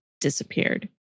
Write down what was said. disappeared